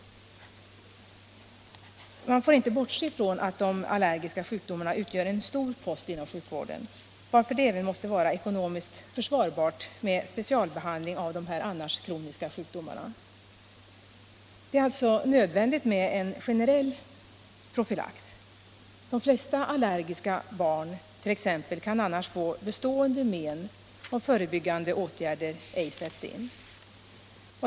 Man får inte bortse från att de allergiska sjukdomarna utgör en stor 109 110 post inom sjukvården, varför det även måste vara ekonomiskt försvarbart med specialbehandling av dessa annars kroniska sjukdomar. Det är alltså nödvändigt med en generell profylax. De flesta allergiska barn kan få bestående men om förebyggande åtgärder ej sätts in.